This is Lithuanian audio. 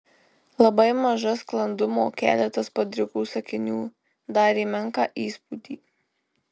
labai maža sklandumo keletas padrikų sakinių darė menką įspūdį